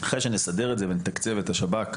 אחרי שנסדר את זה ונתקצב את השב"כ,